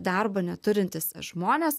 darbo neturintys žmonės